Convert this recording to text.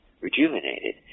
rejuvenated